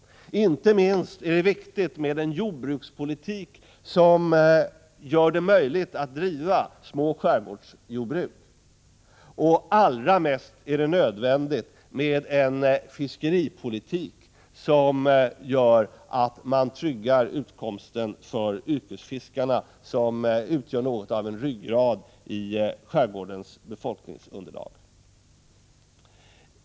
Inte minst viktigt är det med en jordbrukspolitik som gör det möjligt att driva små skärgårdsjordbruk, men allra mest nödvändigt är det med en fiskeripolitik som gör att man tryggar utkomsten för yrkesfiskarna. Dessa utgör något av en ryggrad i skärgårdens befolkningsunderlag.